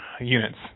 units